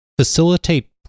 facilitate